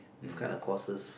this kind of courses